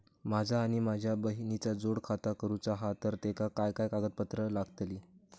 माझा आणि माझ्या बहिणीचा जोड खाता करूचा हा तर तेका काय काय कागदपत्र लागतली?